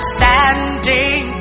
standing